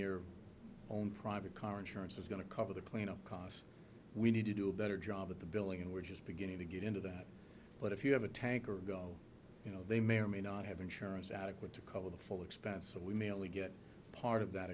your own private car insurance is going to cover the cleanup cost we need to do a better job of the billing and we're just beginning to get into that but if you have a tanker go you know they may or may not have insurance out of but to cover the full expense so we may only get part of that